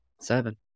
Seven